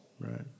right